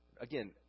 again